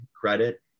credit